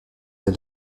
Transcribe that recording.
est